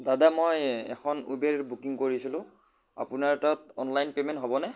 দাদা মই এখন উবেৰ বুকিং কৰিছিলোঁ আপোনাৰ তাত অনলাইন পে'মেণ্ট হ'বনে